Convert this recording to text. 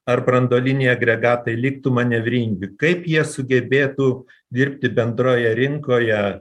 ar branduoliniai agregatai liktų manevringi kaip jie sugebėtų dirbti bendroje rinkoje